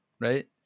right